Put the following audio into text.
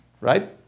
right